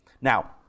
Now